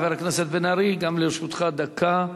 חבר הכנסת בן-ארי, גם לרשותך דקה.